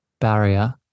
barrier